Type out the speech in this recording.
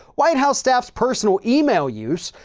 white house staff's personal email use,